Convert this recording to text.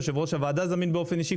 יושב-ראש הוועדה זמין באופן אישי,